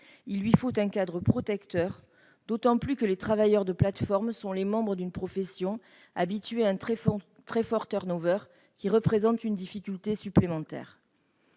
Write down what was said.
il lui faut un cadre protecteur, d'autant plus que les travailleurs de plateformes sont membres d'une profession habituée à un très fort turnover, ce qui est une difficulté supplémentaire.